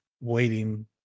waiting